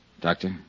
Doctor